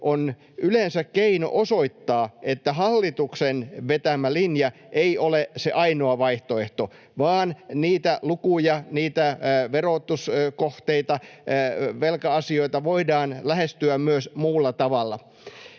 on yleensä keino osoittaa, että hallituksen vetämä linja ei ole se ainoa vaihtoehto, vaan niitä lukuja, niitä verotuskohteita, velka-asioita voidaan lähestyä myös muulla tavalla.